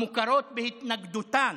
המוכרות בהתנגדותן